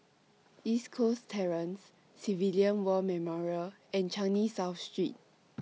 East Coast Terrace Civilian War Memorial and Changi South Street